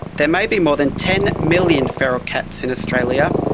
there may be more than ten million feral cats in australia,